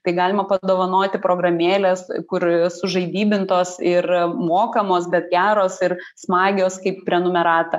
tai galima padovanoti programėlės kur sužaidybintos ir mokamos bet geros ir smagios kaip prenumerata